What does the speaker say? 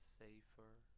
safer